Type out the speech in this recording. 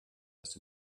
erst